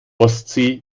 ostsee